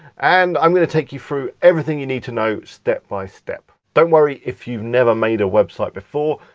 and i'm gonna take you through everything you need to know step by step. don't worry if you've never made a website before,